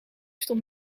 stond